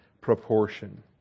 proportion